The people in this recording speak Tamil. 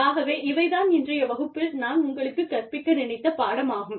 ஆகவே இவை தான் இன்றைய வகுப்பில் நான் உங்களுக்குக் கற்பிக்க நினைத்த பாடம் ஆகும்